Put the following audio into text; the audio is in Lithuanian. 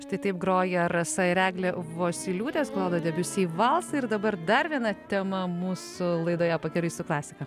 štai taip groja rasa ir eglė vosyliūtės klodo debiusi valsą ir dabar dar viena tema mūsų laidoje pakeliui su klasika